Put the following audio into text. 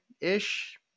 ish